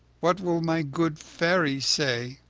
what will my good fairy say?